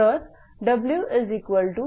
तर W0